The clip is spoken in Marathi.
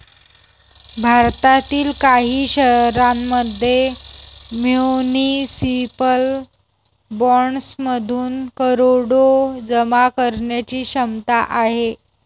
भारतातील काही शहरांमध्ये म्युनिसिपल बॉण्ड्समधून करोडो जमा करण्याची क्षमता आहे